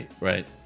right